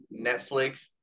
Netflix